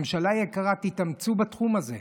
ממשלה יקרה, תתאמצו בתחום הזה.